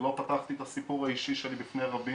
מדי פעם בפעם עברתי בין בתים של חברים,